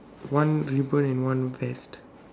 one ribbon and one vest